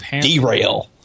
Derail